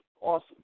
awesome